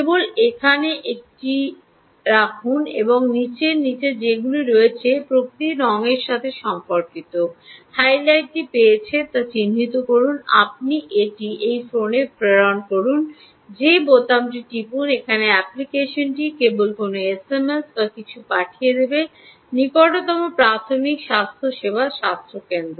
কেবল এখানে এটি রাখুন যে নীচের নীচে যেগুলির মধ্যে একটি প্রকৃত রঙের সাথে সম্পর্কিত হাইলাইটটি পেয়েছে তা চিহ্নিত করুন আপনি এটি এই ফোনে প্রেরণ করুন যে বোতামটি টিপুন এখানে অ্যাপ্লিকেশনটি কেবল কোনও এসএমএস বা কিছু পাঠিয়ে দেবে নিকটতম প্রাথমিক স্বাস্থ্যসেবা স্বাস্থ্য কেন্দ্র